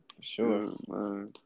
Sure